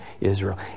Israel